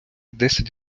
десять